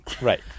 Right